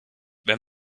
wenn